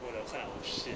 够 liao kind of shit